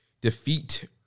Defeat